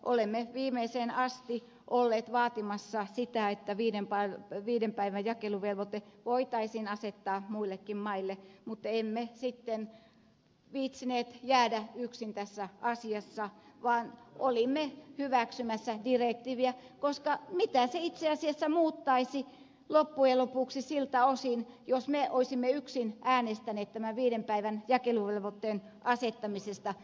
olemme viimeiseen asti olleet vaatimassa sitä että viiden päivän jakeluvelvoite voitaisiin asettaa muillekin maille mutta emme sitten viitsineet jäädä yksin tässä asiassa vaan olimme hyväksymässä direktiiviä koska mitä se itse asiassa muuttaisi loppujen lopuksi siltä osin jos me olisimme yksin äänestäneet tämän viiden päivän jakeluvelvoitteen asettamisesta